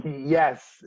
Yes